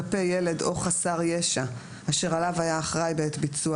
כלפי ילד או חסר ישע אשר עליו היה אחראי בעת ביצוע